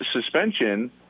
suspension